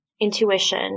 intuition